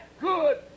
good